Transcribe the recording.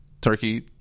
turkey